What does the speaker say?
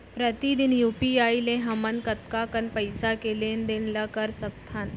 प्रतिदन यू.पी.आई ले हमन कतका कन पइसा के लेन देन ल कर सकथन?